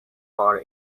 for